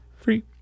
Free